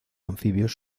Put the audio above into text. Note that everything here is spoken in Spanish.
anfibios